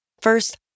First